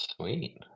Sweet